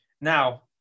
Now